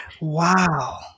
Wow